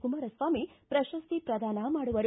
ಕುಮಾರಸ್ವಾಮಿ ಪ್ರಶಸ್ತಿ ಪ್ರದಾನ ಮಾಡುವರು